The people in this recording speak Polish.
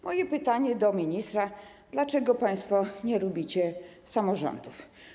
Moje pytanie do ministra: Dlaczego państwo nie lubicie samorządów?